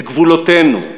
את גבולותינו,